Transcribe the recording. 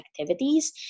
activities